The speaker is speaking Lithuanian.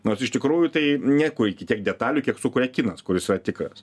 nors iš tikrųjų tai nekuri iki tiek detalių kiek sukuria kinas kuris yra tikras